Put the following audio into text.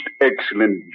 excellent